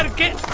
ah get